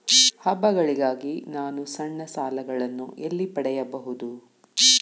ಹಬ್ಬಗಳಿಗಾಗಿ ನಾನು ಸಣ್ಣ ಸಾಲಗಳನ್ನು ಎಲ್ಲಿ ಪಡೆಯಬಹುದು?